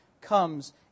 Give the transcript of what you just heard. comes